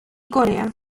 corea